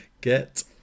Get